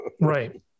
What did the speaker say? Right